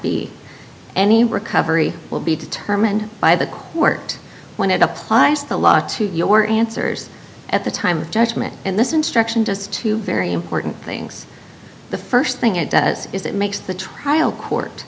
be any recovery will be determined by the court when it applies the law to your answers at the time of judgment in this instruction just two very important things the first thing it does is it makes the trial court